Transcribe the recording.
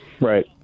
Right